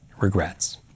regrets